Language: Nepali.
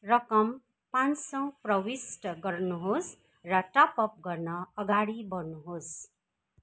रकम पाँच सय प्रविष्ट गर्नुहोस् र टपअप गर्न अगाडि बढ्नुहोस्